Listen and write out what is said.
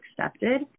accepted